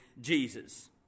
Jesus